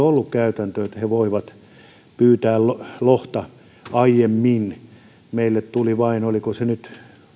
ollut käytäntö että he voivat pyytää lohta aiemmin meille tuli vain oliko se nyt